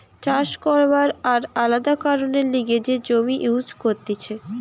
চাষ করবার আর আলাদা কারণের লিগে যে জমি ইউজ করতিছে